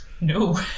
no